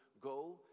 go